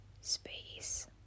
space